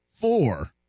Four